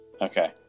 Okay